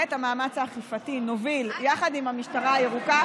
ואת המאמץ האכיפתי נוביל יחד עם המשטרה הירוקה,